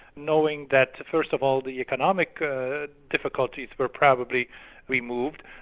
knowing that first of all the economic difficulties were probably removed,